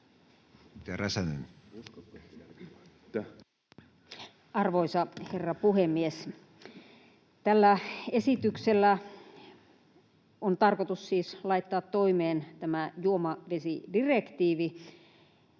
Arvoisa herra puhemies! Tällä esityksellä on tarkoitus siis laittaa toimeen tämä juomavesidirektiivi,